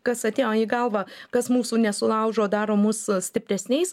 kas atėjo į galvą kas mūsų nesulaužo daro mus stipresniais